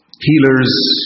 healers